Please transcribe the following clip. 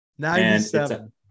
97